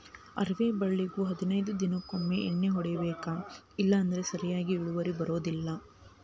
ಅವ್ರಿ ಬಳ್ಳಿಗು ಹದನೈದ ದಿನಕೊಮ್ಮೆ ಎಣ್ಣಿ ಹೊಡಿಬೇಕ ಇಲ್ಲಂದ್ರ ಸರಿಯಾಗಿ ಇಳುವರಿ ಬರುದಿಲ್ಲಾ